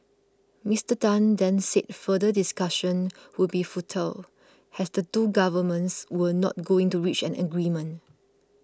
Mister Tan then said further discussion would be futile has the two governments were not going to reach an agreement